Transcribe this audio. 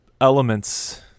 elements